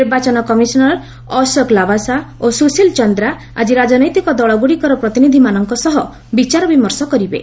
ନିର୍ବାଚନ କମିଶନର୍ ଅଶୋକ ଲାବାସା ଓ ସୁଶିଲ୍ ଚନ୍ଦ୍ରା ଆଜି ରାଜନୈତିକ ଦଳଗୁଡ଼ିକର ପ୍ରତିନିଧିମାନଙ୍କ ସହ ବିଚାର ବିମର୍ଶ କରିବେ